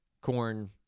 Corn